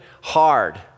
hard